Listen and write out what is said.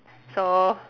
so